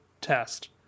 test